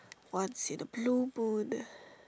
what's in a blue moon